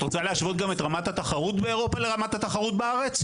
את רוצה להשוות את רמת התחרות באירופה לרמת התחרות בארץ?